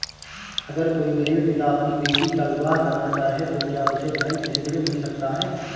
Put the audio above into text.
अगर कोई गरीब पिता अपनी बेटी का विवाह करना चाहे तो क्या उसे बैंक से ऋण मिल सकता है?